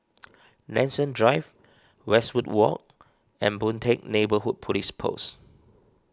Nanson Drive Westwood Walk and Boon Teck Neighbourhood Police Post